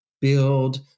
build